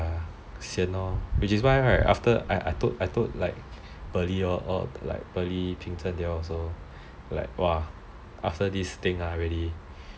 which is why right after I told like pearly they all like !wah! after this thing ah really